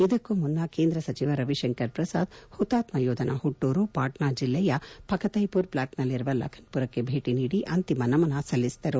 ಇದಕ್ಕೂ ಮುನ್ನ ಕೇಂದ್ರ ಸಚಿವ ರವಿ ಶಂಕರ್ ಪ್ರಸಾದ್ ಪುತಾತ್ನ ಯೋಧನ ಹುಟ್ಲೂರು ಪಾಟ್ನಾ ಜಿಲ್ಲೆಯ ಪಖತ್ಯಪುರ್ ಬ್ಲಾಕ್ನಲ್ಲಿರುವ ಲಖನ್ದುರಕ್ಕೆ ಭೇಟಿ ನೀಡಿ ಅಂತಿಮ ನಮನ ಸಲ್ಲಿಸಿದರು